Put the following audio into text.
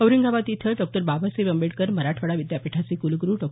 औरंगाबाद इथं डॉ बाबासाहेब आंबेडकर मराठवाडा विद्यापीठाचे कुलग्रु डॉ